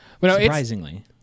Surprisingly